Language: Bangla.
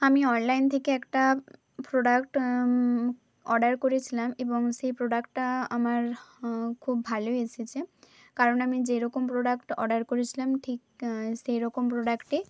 আমি অনলাইন থেকে একটা প্রোডাক্ট অর্ডার করেছিলাম এবং সেই প্রোডাক্টটা আমার খুব ভালোই এসেছে কারণ আমি যেরকম প্রোডাক্ট অর্ডার করেছিলাম ঠিক সেই রকম প্রোডাক্টই